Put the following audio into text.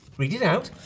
read it out.